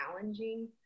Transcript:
challenging